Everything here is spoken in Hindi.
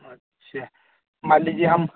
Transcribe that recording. अच्छा मान लीजिए हम